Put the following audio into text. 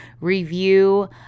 review